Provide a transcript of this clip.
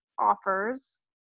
offers